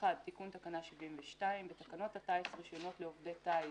הטיס (רישיונות לעובדי טיס)